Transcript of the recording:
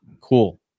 cool